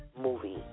movie